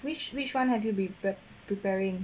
which which one have you been preparing